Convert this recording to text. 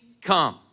come